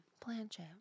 Planchet